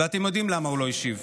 ואתם יודעים למה הוא לא השיב,